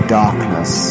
darkness